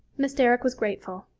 miss derrick was grateful,